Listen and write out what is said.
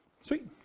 Sweet